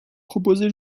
proposée